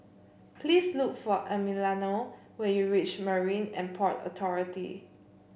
please look for Emiliano when you reach Marine And Port Authority